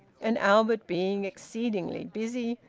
and albert, being exceedingly busy,